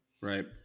Right